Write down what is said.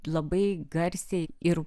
labai garsiai ir